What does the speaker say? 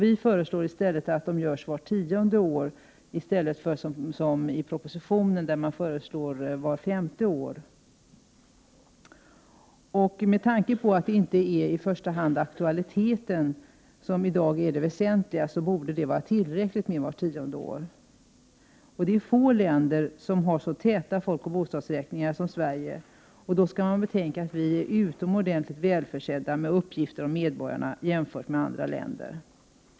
Vi föreslår att de skall göras vart tionde år, i stället för med de femårsintervaller som föreslås i propositionen. Med tanke på att det i dag inte är aktualiteten som i första hand är det väsentliga, borde det vara tillräckligt med vart tionde år. Det är få länder som har så täta folkoch bostadsräkningar som Sverige. Man skall då också betänka att vi är utomordentligt välförsedda med uppgifter om medborgarna, jämfört med andra länder.